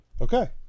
Okay